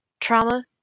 trauma